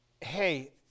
Hey